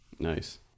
Nice